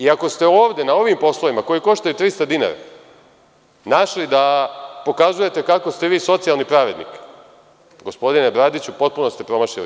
Ako ste ovde na ovim poslovima koji koštaju 300 dinara našli da pokazujete kako ste vi socijalni pravednik, gospodine Bradiću, potpuno ste promašili temu.